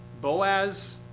Boaz